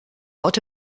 out